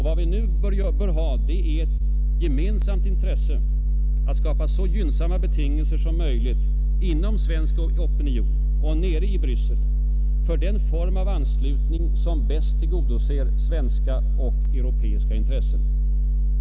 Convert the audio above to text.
Vi bör nu ha ett gemensamt intresse att skapa så gynnsamma förutsättningar som möjligt inom svensk opinion och nere i Bryssel för den form av anslutning som bäst tillgodoser svenska och europeiska intressen.